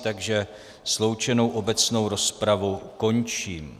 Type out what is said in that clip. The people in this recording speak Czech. Takže sloučenou obecnou rozpravu končím.